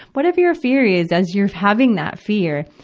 whatever your fear is, as you're having that fear,